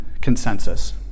consensus